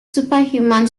superhuman